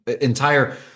entire